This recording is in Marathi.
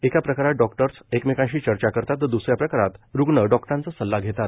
एका प्रकारात डॉक्टर्स एकमेकांशी चर्चा करतात तर द्रसऱ्या प्रकारात रुग्ण डॉक्टरांचा सल्ला घेतात